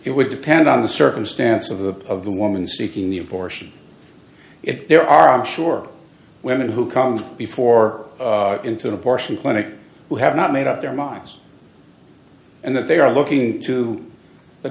it would depend on the circumstance of the of the woman seeking the abortion if there are i'm sure women who come before into the abortion clinic who have not made up their minds and that they are looking to the